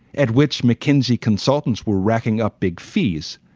at which mckinsey consultants were racking up big fees.